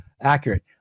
accurate